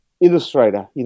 Illustrator